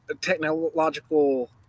technological